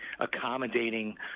Accommodating